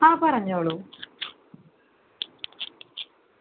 ആ പറഞ്ഞോളൂ